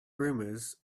rumors